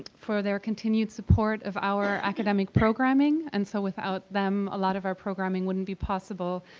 for their continued support of our academic programming. and so without them a lot of our programming wouldn't be possible.